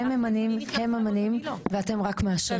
הם ממנים ואתם רק מאשרים את זה.